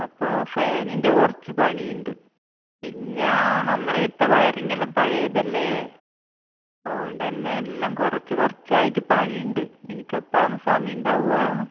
അപ്പോൾ ഫാനിൻ്റെ കുറച്ച് പണിയുണ്ട് പിന്നെ നമ്മളെ ഇവിടുത്തെ വയറിങ്ങെല്ലാം പഴയതല്ലേ അതുകൊണ്ടുതന്നെ എല്ലാം കുറച്ച് കുറച്ചായിട്ട് പണിയുണ്ട് നിനക്കെപ്പോഴാണ് സമയമുണ്ടാവുക